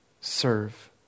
serve